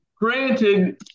granted